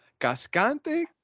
Cascante